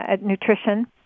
nutrition